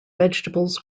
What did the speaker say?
vegetables